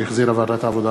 שהחזירה ועדת העבודה,